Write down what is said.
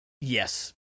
yes